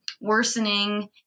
worsening